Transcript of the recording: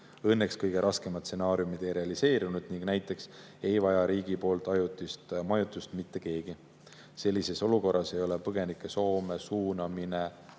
ole kõige raskemad stsenaariumid realiseerunud ning näiteks riigipoolset ajutist majutust ei vaja mitte keegi. Sellises olukorras ei ole põgenike Soome suunamine